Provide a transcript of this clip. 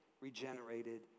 regenerated